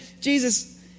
Jesus